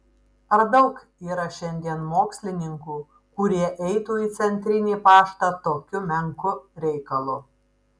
ar daug yra šiandien mokslininkų kurie eitų į centrinį paštą tokiu menku reikalu